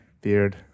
beard